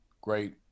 great